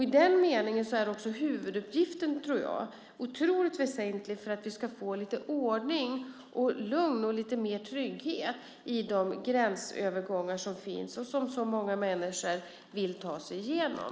I den meningen är huvuduppgiften, tror jag, otroligt väsentlig för att vi ska få ordning, lugn och mer trygghet i de gränsövergångar som finns och som så många människor vill ta sig igenom.